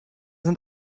sind